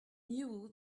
knew